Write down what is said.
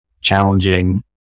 challenging